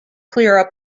clear